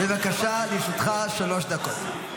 בבקשה, לרשותך שלוש דקות.